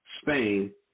Spain